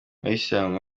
bayisilamu